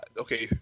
okay